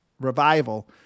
revival